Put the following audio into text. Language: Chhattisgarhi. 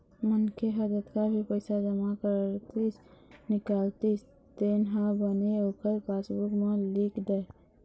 मनखे ह जतका भी पइसा जमा करतिस, निकालतिस तेन ह बने ओखर पासबूक म लिख दय